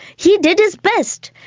he did his best.